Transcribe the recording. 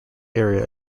area